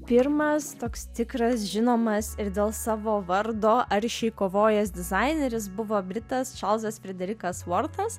pirmas toks tikras žinomas ir dėl savo vardo aršiai kovojęs dizaineris buvo britas šalzas friderikas vortas